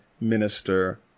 minister